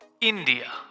India